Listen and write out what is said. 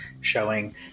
showing